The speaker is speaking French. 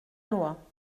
loi